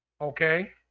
okay